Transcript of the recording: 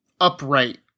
upright